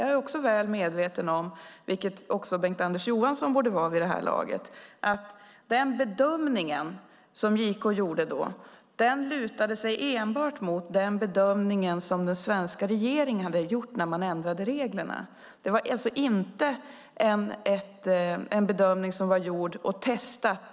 Jag är också väl medveten om - och det borde också Bengt-Anders Johansson vara vid det här laget - att den bedömning som JK då gjorde enbart lutade sig mot den bedömning som den svenska regeringen hade gjort när man ändrade reglerna. Det var alltså inte en bedömning som var gjord och testad.